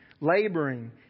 laboring